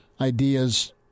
ideas